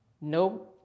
no